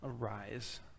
arise